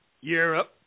Europe